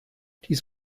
dies